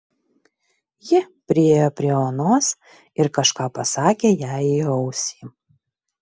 ji priėjo prie onos ir kažką pasakė jai į ausį